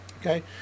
Okay